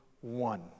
one